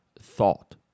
thought